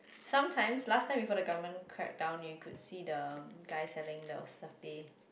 sometimes last time before the government cracked down you could see the guy selling the satay